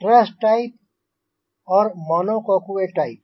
truss type और monocoque type